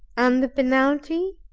and the penalty,